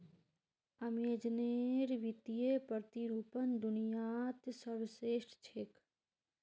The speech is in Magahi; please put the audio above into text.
अमेज़नेर वित्तीय प्रतिरूपण दुनियात सर्वश्रेष्ठ छेक